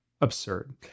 Absurd